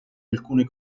alcune